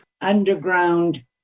underground